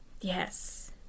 yes